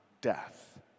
death